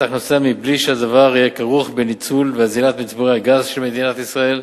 הכנסותיה מבלי שהדבר יהיה כרוך בניצול ואזילת מצבורי הגז של מדינת ישראל,